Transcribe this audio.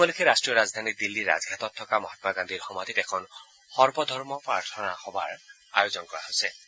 এই উপলক্ষে ৰাষ্ট্ৰীয় ৰাজধানী দিল্লীৰ ৰাজঘাটত থকা মহাম্মা গান্ধীৰ সমাধিত এখন সৰ্বধৰ্ম প্ৰাৰ্থনা সভাৰ আয়োজন কৰা হৈছে